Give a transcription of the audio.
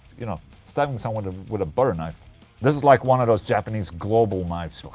you know. stabbing someone with a butter knife this is like one of those japanese global knives